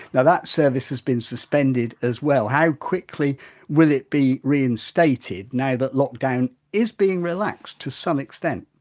now that service has been suspended as well, how quickly will it be reinstated now that lockdown is being relaxed to some extent?